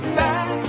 back